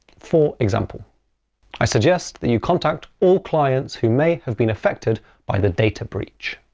for example i suggest that you contact all clients who may have been affected by the data breach.